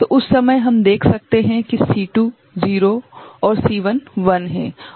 तो उस समय हम देख सकते हैं कि C2 0 है और C1 1 है और आउटपुट 1 है